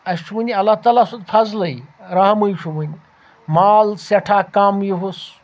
اَسہِ چھُ وٕنہِ اللہ تعالیٰ سُنٛد فضلٕے رَحَمٕے چھُ وُنہِ مال سیٹھاہ کَم یُہُس